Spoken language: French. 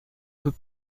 peut